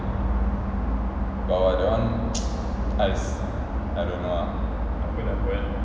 but !wah! that [one] !hais! I don't know lah